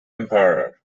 emperor